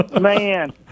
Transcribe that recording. Man